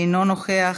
אינו נוכח,